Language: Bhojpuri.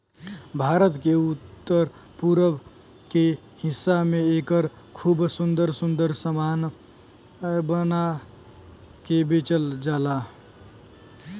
भारत के उत्तर पूरब के हिस्सा में एकर खूब सुंदर सुंदर सामान बना के बेचल जाला